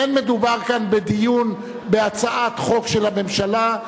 אין מדובר כאן בדיון בהצעת חוק של הממשלה,